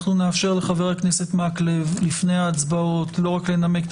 אנחנו נאפשר לחבר הכנסת מקלב לפני ההצבעות לא רק לנמק את